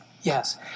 yes